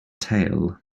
tail